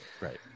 right